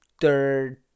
third